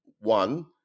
one